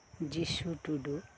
ᱡᱤᱥᱩ ᱴᱩᱰᱩ